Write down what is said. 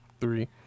three